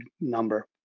number